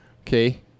Okay